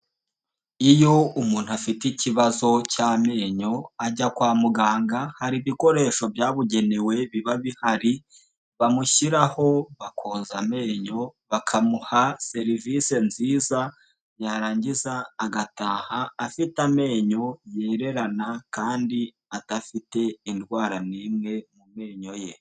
Iyo umuntu afite ikibazo cy'amenyo, ajya kwa muganga, hari ibikoresho byabugenewe biba bihari, bamushyiraho bakoza amenyo, bakamuha serivisi nziza, yarangiza agataha afite amenyo yererana kandi adafite indwara n'imwe mu menyo ye.